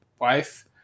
wife